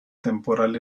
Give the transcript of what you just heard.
temporal